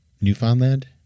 Newfoundland